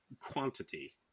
quantity